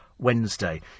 Wednesday